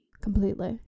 Completely